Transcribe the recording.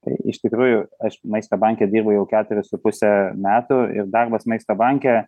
tai iš tikrųjų aš maisto banke dirbu jau ketverius su puse metų ir darbas maisto banke